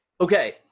Okay